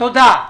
תודה.